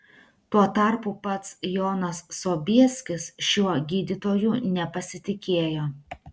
tuo tarpu pats jonas sobieskis šiuo gydytoju nepasitikėjo